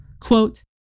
quote